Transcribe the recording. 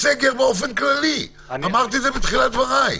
וסופרים לי אותם בתור חמישה,